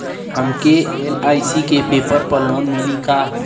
हमके एल.आई.सी के पेपर पर लोन मिली का?